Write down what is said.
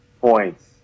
points